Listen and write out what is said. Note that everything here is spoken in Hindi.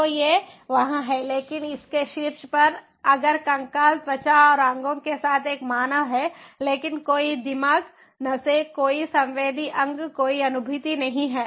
तो ये वहां हैं लेकिन इसके शीर्ष पर अगर कंकाल त्वचा और अंगों के साथ एक मानव है लेकिन कोई दिमाग नसे कोई संवेदी अंग कोई अनुभूति नहीं है